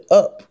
up